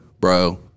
Bro